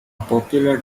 popular